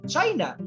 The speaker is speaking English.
China